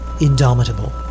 indomitable